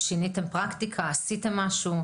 שיניתם פרקטיקה, עשיתם משהו.